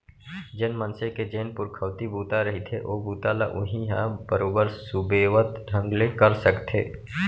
जेन मनसे के जेन पुरखउती बूता रहिथे ओ बूता ल उहीं ह बरोबर सुबेवत ढंग ले कर सकथे